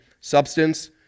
Substance